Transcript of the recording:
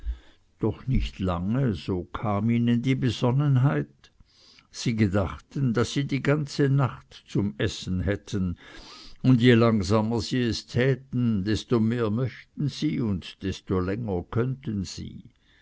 doch nicht lange so kam ihnen die besonnenheit sie gedachten daß sie die ganze nacht zum essen hatten und je langsamer sie es täten desto mehr möchten sie und desto länger könnten sie